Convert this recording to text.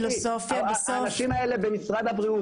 האנשים האלה במשרד הבריאות,